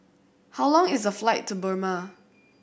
how long is the flight to Burma